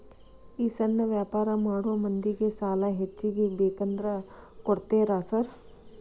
ಈ ಸಣ್ಣ ವ್ಯಾಪಾರ ಮಾಡೋ ಮಂದಿಗೆ ಸಾಲ ಹೆಚ್ಚಿಗಿ ಬೇಕಂದ್ರ ಕೊಡ್ತೇರಾ ಸಾರ್?